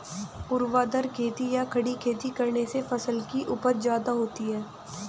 ऊर्ध्वाधर खेती या खड़ी खेती करने से फसल की उपज ज्यादा होती है